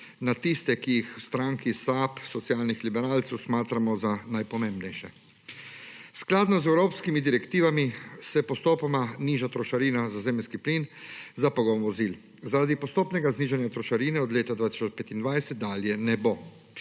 na tiste, ki jih v stranki SAB socialnih liberalcev smatramo na najpomembnejše. Skladno z evropskimi direktivami se postopoma niža trošarina za zemeljski plin za pogon vozil. Zaradi postopnega znižanja trošarina od leta 2025 dalje ne bo.